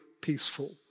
peaceful